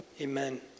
Amen